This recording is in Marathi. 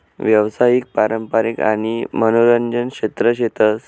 यावसायिक, पारंपारिक आणि मनोरंजन क्षेत्र शेतस